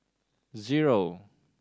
zero